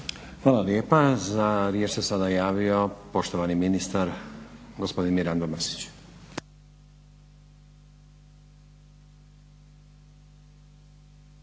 Hvala lijepa. Za riječ se sada javio poštovani ministar gospodin Mirando Mrsić.